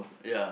ya